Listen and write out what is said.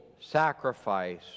sacrifice